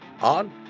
on